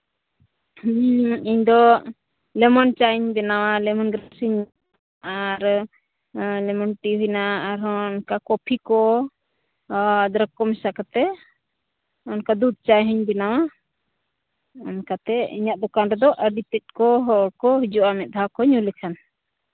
ᱦᱮᱸ ᱤᱧ ᱫᱚ ᱞᱮᱢᱚᱱ ᱪᱟᱧ ᱵᱮᱱᱟᱣᱟ ᱞᱮᱢᱚᱱ ᱴᱤ ᱟᱨ ᱞᱮᱢᱚᱱ ᱴᱤ ᱦᱩᱭᱱᱟ ᱟᱨ ᱦᱚᱸ ᱚᱱᱠᱟ ᱠᱚᱯᱷᱤ ᱠᱚ ᱟᱫᱨᱚᱠ ᱠᱚ ᱢᱮᱥᱟ ᱠᱟᱛᱮ ᱚᱱᱠᱟ ᱫᱩᱫᱽ ᱪᱟᱭ ᱦᱚᱧ ᱵᱮᱱᱟᱣᱟ ᱚᱱᱠᱟᱛᱮ ᱤᱧᱟᱹᱜ ᱫᱚᱠᱟᱱ ᱨᱮᱫᱚ ᱟᱹᱰᱤ ᱛᱮᱫ ᱠᱚ ᱦᱚᱲ ᱠᱚ ᱦᱤᱡᱩᱜᱼᱟ ᱢᱤᱫ ᱫᱷᱟᱣ ᱠᱚ ᱧᱩ ᱞᱮᱠᱷᱟᱱ